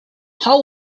how